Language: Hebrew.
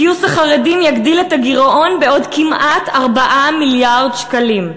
גיוס החרדים יגדיל את הגירעון בעוד כמעט 4 מיליארד שקלים.